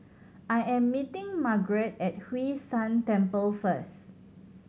I am meeting Margaret at Hwee San Temple first